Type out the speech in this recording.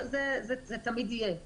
זה תמיד יהיה.